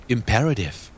Imperative